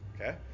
okay